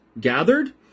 gathered